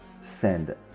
send